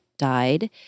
died